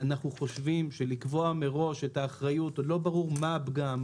ואנחנו חושבים שלקבוע מראש את האחריות עוד לא ברור מה הפגם,